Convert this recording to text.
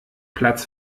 platz